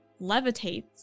levitates